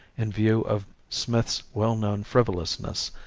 in view of smith's well-known frivolousness,